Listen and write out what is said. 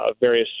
various